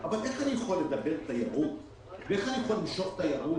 אבל איך אני יכול לדבר תיירות ואיך אני יכול למשוך תיירות?